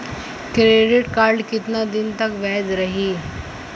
Credit card कितना दिन तक वैध रही?